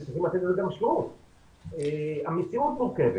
וזה גם --- המציאות מורכבת,